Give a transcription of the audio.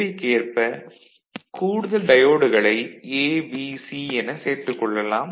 தேவைக்கேற்ப கூடுதல் டயோடுகளை A B C என சேர்த்துக் கொள்ளலாம்